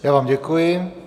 Já vám děkuji.